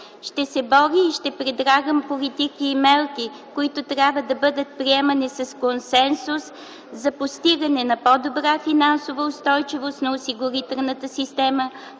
Ще се боря и ще предлагам политики и мерки, които трябва да бъдат приемани с консенсус за постигане на по-добра финансова устойчивост на осигурителната система,